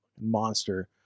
monster